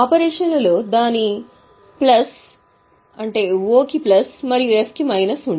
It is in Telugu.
ఆపరేషన్లలో దాని ప్లస్ మరియు ఎఫ్ లో మైనస్ ఉంటుంది